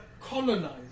colonized